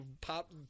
pop